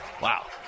Wow